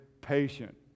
patient